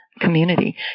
community